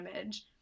image